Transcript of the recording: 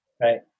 Right